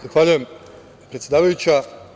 Zahvaljujem predsedavajuća.